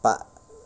but